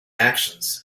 actions